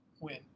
Win